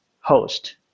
host